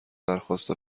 درخواست